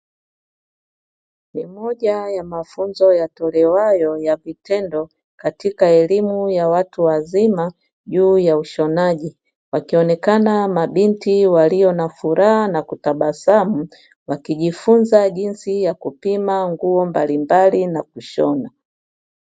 Ni moja ya mafunzo yatolewayo ya vitendo katika elimu ya watu wazima juu ya ushonaji. Wakioneka mabinti walio na furaha na kutabasamu, wakijifunza jinsi ya kupima nguo mbalimbali na kushona.